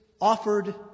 offered